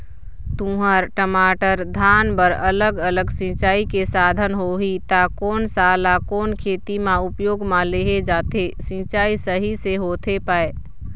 तुंहर, टमाटर, धान बर अलग अलग सिचाई के साधन होही ता कोन सा ला कोन खेती मा उपयोग मा लेहे जाथे, सिचाई सही से होथे पाए?